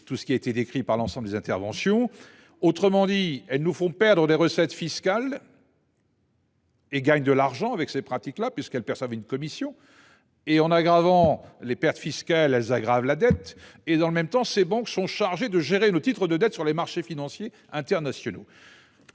tout ce qui a été décrit par l'ensemble des intervenants. Autrement dit, elles nous font perdre des recettes fiscales et gagnent de l'argent avec ces pratiques puisqu'elles perçoivent une commission. En aggravant les pertes fiscales, elles aggravent la dette ; dans le même temps, ces banques sont chargées de gérer nos titres de dette sur les marchés financiers internationaux